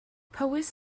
powys